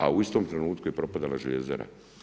A u istom trenutku je propadala željezara.